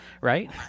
right